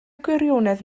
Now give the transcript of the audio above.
gwirionedd